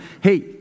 hey